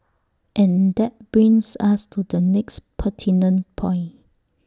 and that brings us to the next pertinent point